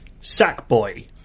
Sackboy